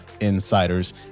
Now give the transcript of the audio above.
insiders